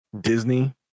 Disney